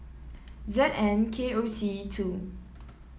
Z N K O C two